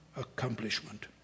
accomplishment